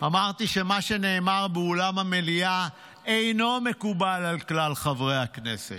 אמרתי שמה שנאמר באולם המליאה אינו מקובל על כלל חברי הכנסת,